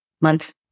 months